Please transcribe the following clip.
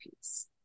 piece